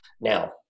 Now